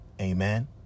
Amen